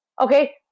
Okay